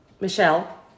Michelle